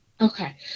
Okay